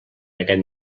aquest